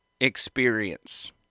experience